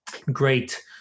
great